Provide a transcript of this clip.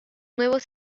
nuevos